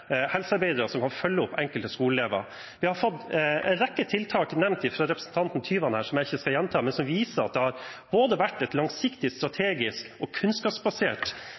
helsearbeidere som kan følge opp enkelte skoleelever. Vi har fått en rekke tiltak – nevnt av representanten Tyvand her, som jeg ikke skal gjenta – som viser at det har vært en langsiktig, strategisk og kunnskapsbasert